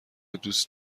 دوست